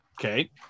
Okay